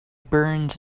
burns